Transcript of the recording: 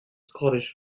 scottish